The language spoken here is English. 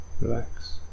relax